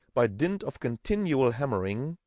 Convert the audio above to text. by dint of continual hammering,